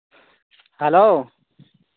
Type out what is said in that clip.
hello